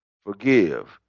forgive